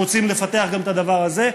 ואנחנו רוצים לפתח גם את הדבר הזה.